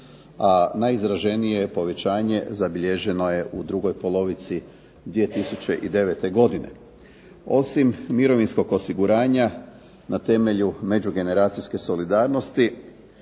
a najizraženije povećanje zabilježeno je u drugoj polovici 2009. godine. Osim mirovinskog osiguranja na temelju međugeneracijske solidarnosti